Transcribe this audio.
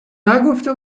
نگفته